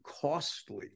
costly